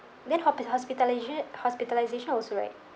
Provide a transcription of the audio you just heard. then hopis~ hospitalisa~ hospitalization also right